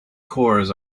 cores